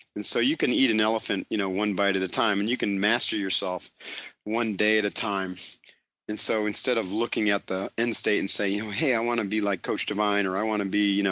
and so, you can eat an elephant you know one bite at a time and you can master yourself one day at a time and so instead of looking at the end state and say you know hey, i want to be like coach divine or i want to be you know